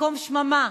מקום שממה,